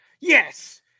yes